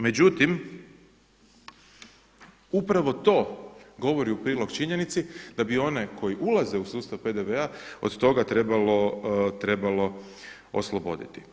Međutim, upravo to govori u prilog činjenici da bi one koje ulaze u sustav PDV-a od toga trebalo osloboditi.